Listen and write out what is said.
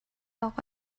awk